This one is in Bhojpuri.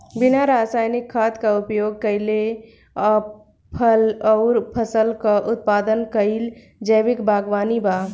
बिना रासायनिक खाद क उपयोग कइले फल अउर फसल क उत्पादन कइल जैविक बागवानी बा